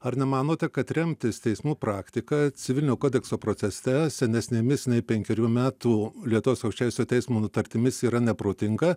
ar nemanote kad remtis teismų praktika civilinio kodekso procese senesnėmis nei penkerių metų lietuvos aukščiausiojo teismo nutartimis yra neprotinga